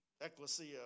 ecclesia